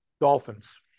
Dolphins